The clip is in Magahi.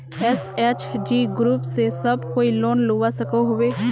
एस.एच.जी ग्रूप से सब कोई लोन लुबा सकोहो होबे?